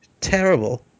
Terrible